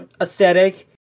aesthetic